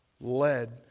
led